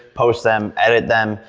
post them, edit them.